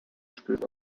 stößt